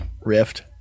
rift